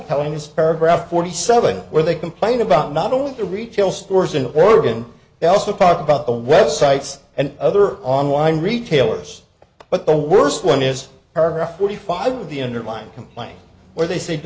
telling is paragraph forty seven where they complain about not only the retail stores in oregon they also talk about the websites and other online retailers but the worst one is paragraph forty five of the underlying complaint where they s